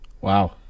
Wow